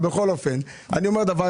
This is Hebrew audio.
דבר אחד אני אומר.